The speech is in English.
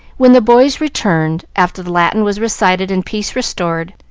when the boys returned, after the latin was recited and peace restored,